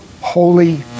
holy